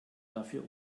dafür